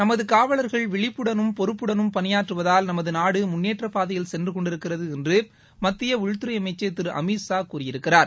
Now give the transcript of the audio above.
நமதுகாவலர்கள் விழிப்புடனும் பொறுப்புடனும் பணியாற்றுவதால் நமதுநாடுமுன்னேற்றப்பாதையில் சென்றுகொண்டிருக்கிறதுஎன்றுமத்தியஉள்துறைஅமைச்சர் திருஅமித்ஷா கூறியிருக்கிறார்